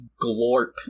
glorp